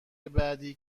بعدی